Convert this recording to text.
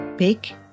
Big